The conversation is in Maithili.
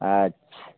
अच्छा